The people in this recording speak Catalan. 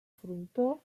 frontó